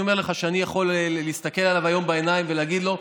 אני יכול להסתכל עליו היום בעיניים ולהגיד לו,